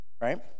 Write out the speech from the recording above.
Right